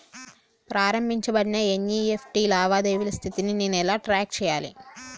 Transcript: ప్రారంభించబడిన ఎన్.ఇ.ఎఫ్.టి లావాదేవీల స్థితిని నేను ఎలా ట్రాక్ చేయాలి?